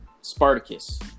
Spartacus